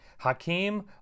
Hakeem